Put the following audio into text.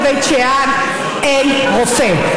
בבית שאן אין רופא,